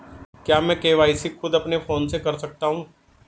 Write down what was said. क्या मैं के.वाई.सी खुद अपने फोन से कर सकता हूँ?